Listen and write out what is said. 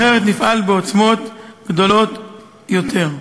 אחרת נפעל בעוצמות גדולות יותר.